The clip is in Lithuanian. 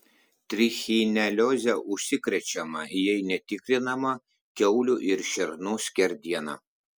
trichinelioze užsikrečiama jei netikrinama kiaulių ir šernų skerdiena